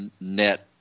net